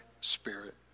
spirit